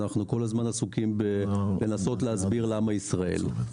אנחנו כל הזמן עסוקים לנסות להסביר את ישראל.